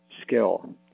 skill